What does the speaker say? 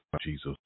Jesus